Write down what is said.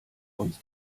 uns